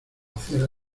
hacer